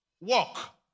walk